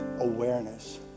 awareness